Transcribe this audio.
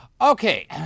Okay